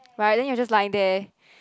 right then you're just lying there